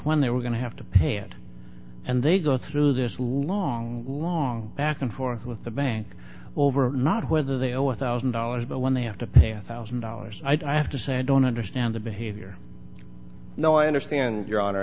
when they were going to have to pay it and they go through this long long back and forth with the bank over not whether they owe one thousand dollars but when they have to pay a thousand dollars i have to say i don't understand the behavior no i understand your